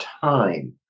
time